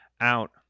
out